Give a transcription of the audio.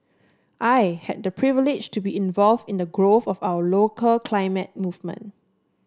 I had the privilege to be involve in the growth of our local climate movement